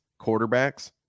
quarterbacks